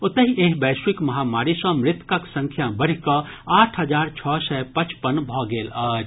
ओतहि एहि वैश्विक महामारी सँ मृतकक संख्या बढ़ि कऽ अठारह हजार छओ सय पचपन भऽ गेल अछि